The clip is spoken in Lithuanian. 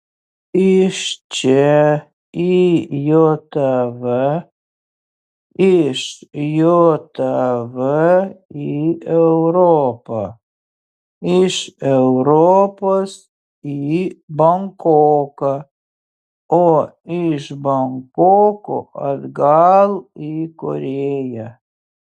iš čia į jav iš jav į europą iš europos į bankoką o iš bankoko atgal į korėją